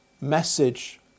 message